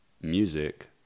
music